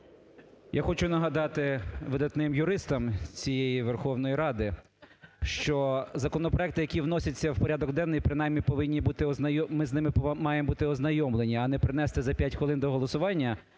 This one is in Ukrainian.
Я хочу нагадати видатним юристам цієї Верховної Ради, що законопроекти, які вносяться в порядок денний принаймні повинні бути… ми з ними маємо бути ознайомлені, а не принести за 5 хвилин до голосування